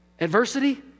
Adversity